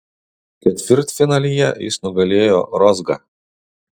ketvirtfinalyje jis nugalėjo rozgą